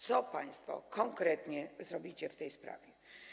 Co państwo konkretnie zrobicie w tej sprawie?